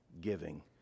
giving